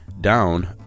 down